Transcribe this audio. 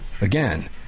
Again